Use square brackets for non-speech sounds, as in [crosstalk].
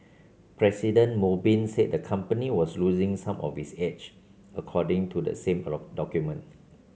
President Mo Bin said the company was losing some of its edge according to the same [unintelligible] document